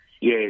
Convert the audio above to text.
Yes